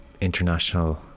international